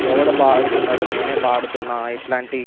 ఎవడు బాగా ఆడుతున్నాడు నేనే బాగా ఆడుతున్నాను ఇట్లాంటి